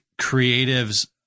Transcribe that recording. creatives